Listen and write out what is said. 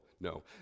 No